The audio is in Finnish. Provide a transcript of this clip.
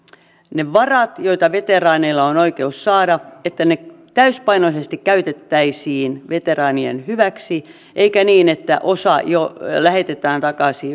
ne varat joita veteraaneilla on oikeus saada täysipainoisesti käytettäisiin veteraanien hyväksi eikä niin että osa rahoista lähetetään takaisin